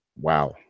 wow